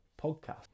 podcast